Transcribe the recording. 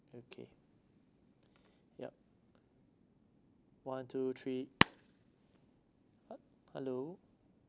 okay yup one two three he~ hello